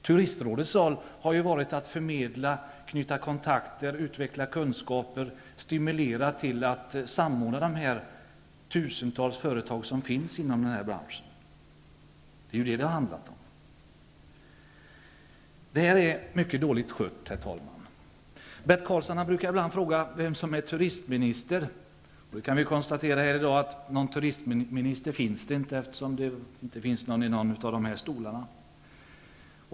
Turistrådets roll har varit att förmedla, knyta kontakter, utveckla kunskaper och stimulera till att samordna de tusentals företag som finns i den här branschen. Det är detta det handlar om. Det här är mycket dåligt skött, herr talman. Bert Karlsson brukar ibland fråga vem som är turistminister. Nu kan vi konstatera här i dag att det inte finns någon turistminister, eftersom det inte finns någon i stolarna här i kammaren.